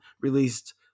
released